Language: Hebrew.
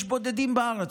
יש בודדים בארץ,